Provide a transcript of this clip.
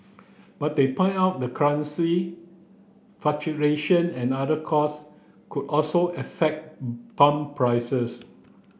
but they pointed out the currency fluctuation and other cost also affect pump prices